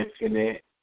infinite